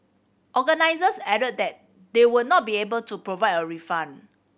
organisers added that they would not be able to provide a refund